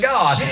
God